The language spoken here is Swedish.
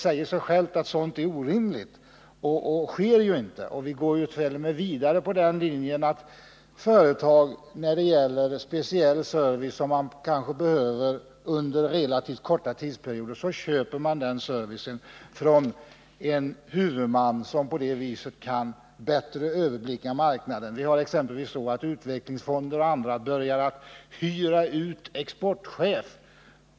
Det sker inte. Vi går ju t.o.m. vidare på den här linjen, så att företag kan köpa speciell service, som man behöver under relativt korta tidsperioder, från en huvudman som bättre kan överblicka marknaden. Utvecklingsfonder och andra börjar hyra ut exempelvis exportchefer.